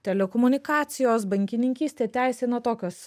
telekomunikacijos bankininkystė teisė na tokios